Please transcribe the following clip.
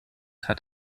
hat